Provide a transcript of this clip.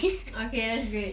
okay that's great